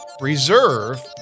reserve